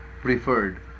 preferred